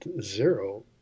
zero